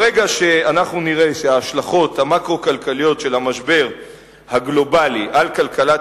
ברגע שאנחנו נראה שההשלכות המקרו-כלכליות של המשבר הגלובלי על כלכלת